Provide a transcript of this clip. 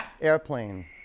Airplane